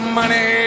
money